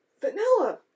Vanilla